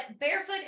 barefoot